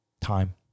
Time